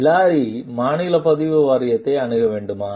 Hillary மாநில பதிவு வாரியத்தை அணுக வேண்டுமா